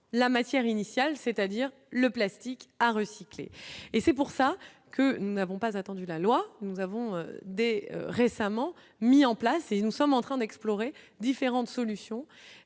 la matière initiale, c'est-à-dire le plastique à recycler et c'est pour ça que nous n'avons pas attendu la loi, nous avons des récemment mis en place et nous sommes en train d'explorer différentes solutions